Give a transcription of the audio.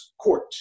court